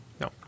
No